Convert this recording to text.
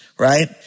Right